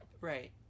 right